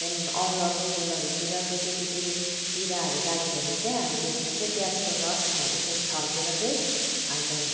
त्यहाँदेखि अरू अब फुलहरूतिर के के के के किराहरू लाग्यो भने चाहिँ हामी त्यसमा चाहिँ प्याजको रस यसो छर्केर चाहिँ हाल्छौँ